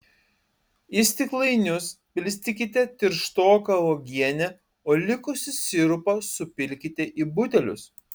į stiklainius pilstykite tirštoką uogienę o likusį sirupą supilkite į butelius